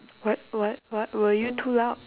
what what what were you too loud